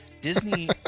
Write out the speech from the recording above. Disney